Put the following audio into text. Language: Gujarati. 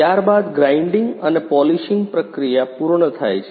ત્યારબાદ ગ્રાઇન્ડીંગ અને પોલિશિંગ પ્રક્રિયા પૂર્ણ થાય છે